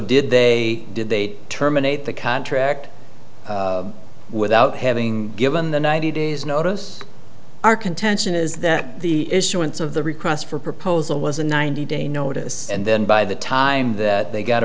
did they did they terminate the contract without having given the ninety days notice our contention is that the issuance of the request for proposal was a ninety day notice and then by the time that they got